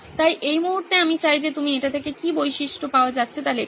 তাই এই মুহুর্তে আমি চাই যে তুমি এটি থেকে কি বৈশিষ্ট্য পাওয়া যাচ্ছে তা লেখো